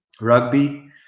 rugby